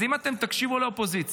אז אם אתם תקשיבו לאופוזיציה,